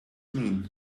mean